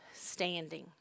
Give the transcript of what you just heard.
standing